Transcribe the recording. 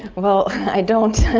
well i don't!